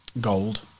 gold